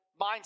mindset